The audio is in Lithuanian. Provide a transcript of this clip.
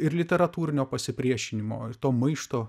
ir literatūrinio pasipriešinimo to maišto